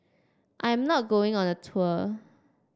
I'm not going on the tour